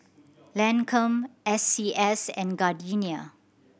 Lancome S C S and Gardenia